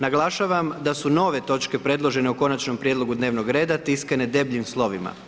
Naglašavam da su nove točke predložene u konačnom prijedlogu dnevnog reda tiskane debljim slovima.